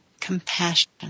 compassion